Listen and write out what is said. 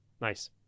Nice